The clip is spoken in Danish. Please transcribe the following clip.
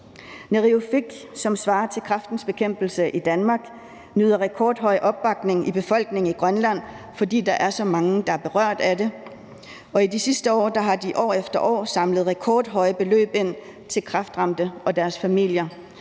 Neriuffik, som svarer til Kræftens Bekæmpelse i Danmark, nyder rekordhøj opbakning i befolkningen i Grønland, fordi der er så mange, der er berørt af det, og i de sidste år har de år efter år samlet rekordhøje beløb ind til kræftramte og deres familier.